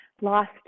lost